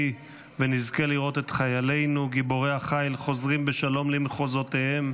ונזכה לראות את חיילינו גיבורי החיל חוזרים בשלום למחוזותיהם,